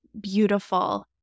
beautiful